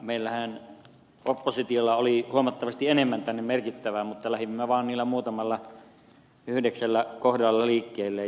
meillähän oppositiolla oli huomattavasti enemmän tänne merkittävää mutta lähdimme vaan niillä muutamalla yhdeksällä kohdalla liikkeelle